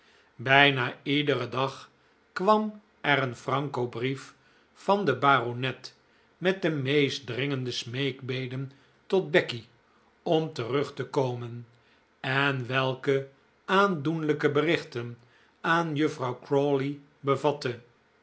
bijna iederen dag kwam er een franco brief van den baronet met de meest dringende smeekbeden tot becky om terug te komen en welke aandoenlijke berichten aan juffrouw crawley bevatte